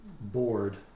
board